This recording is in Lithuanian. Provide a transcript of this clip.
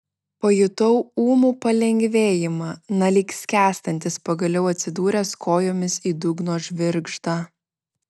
pajutau ūmų palengvėjimą na lyg skęstantis pagaliau atsidūręs kojomis į dugno žvirgždą